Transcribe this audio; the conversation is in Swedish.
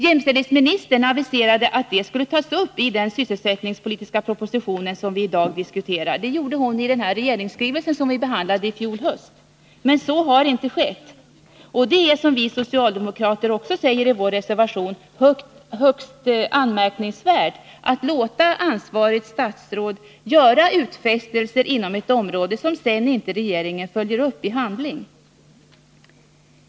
Jämställdhetsministern aviserade att detta skulle tas upp i den sysselsättningspolitiska proposition som vi i dag diskuterar. Men så har inte skett. Det är, som vi socialdemokrater också säger i vår reservation, högst anmärkningsvärt att låta ansvarigt statsråd göra utfästelser inom ett område som regeringen sedan inte följer upp i handling.